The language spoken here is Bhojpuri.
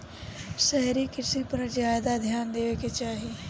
शहरी कृषि पर ज्यादा ध्यान देवे के चाही